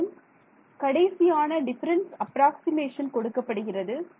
மேலும் கடைசியான difference approximation கொடுக்கப்படுகிறது